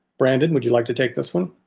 brandon, would you like to take this one?